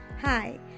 Hi